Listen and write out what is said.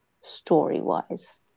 story-wise